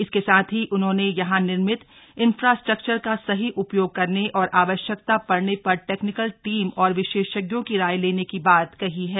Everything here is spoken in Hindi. इसके साथ ही उन्होंने यहां निर्मित इन्फ्रास्ट्रक्चर का सही उपयोग करने और आवश्यकता पड़ने पर टेक्निकल टीम और विशेषज्ञों की राय लेने की बात कही है